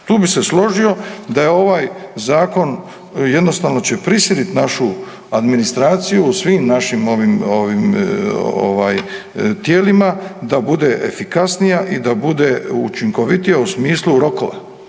Tu bih se složio da je ovaj Zakon jednostavno će prisiliti našu administraciju u svim našim tijelima da bude efikasnija i da bude učinkovitija u smislu rokova.